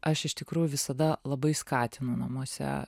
aš iš tikrųjų visada labai skatinu namuose